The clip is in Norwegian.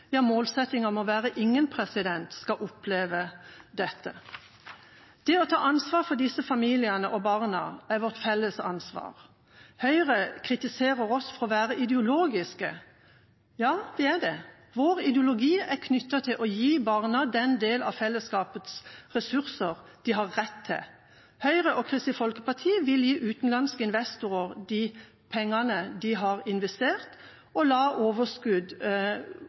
være ingen – skal oppleve dette. Det å ta ansvar for disse familiene og barna er vårt felles ansvar. Høyre kritiserer oss for å være ideologiske. Ja, vi er det. Vår ideologi er knyttet til å gi barna den delen av fellesskapets ressurser som de har rett til. Høyre og Kristelig Folkeparti vil gi utenlandske investorer de pengene de har investert, og la overskudd